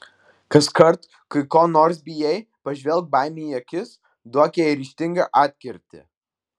kaskart kai ko nors bijai pažvelk baimei į akis duok jai ryžtingą atkirtį